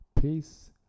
Peace